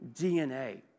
DNA